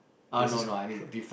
this is why